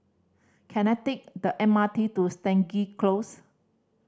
can I take the M R T to Stangee Close